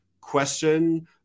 question